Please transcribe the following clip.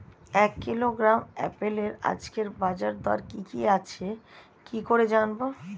এক কিলোগ্রাম আপেলের আজকের বাজার দর কি কি আছে কি করে জানবো?